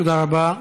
תודה רבה.